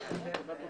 הישיבה ננעלה בשעה